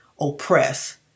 oppress